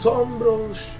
Sombros